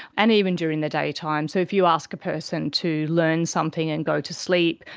and even during the daytime. so if you ask a person to learn something and go to sleep,